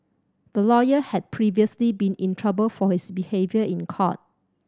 the lawyer had previously been in trouble for his behaviour in court